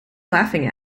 laughing